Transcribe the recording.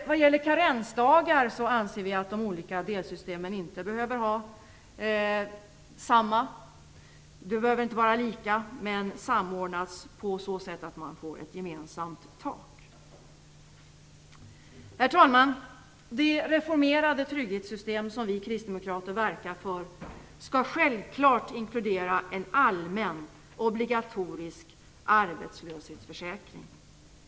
Vad gäller karensdagarna anser vi att det för de olika delsystemen inte behöver vara lika, men det skall samordnas på ett sådant sätt att det blir ett gemensamt tak. Herr talman! Det reformerade trygghetssystem som vi kristdemokrater verkar för skall självklart inkludera en allmän obligatorisk arbetslöshetsförsäkring.